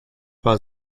war